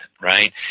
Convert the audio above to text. right